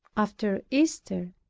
after easter,